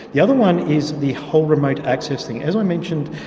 the other one is the whole remote access thing. as i mentioned,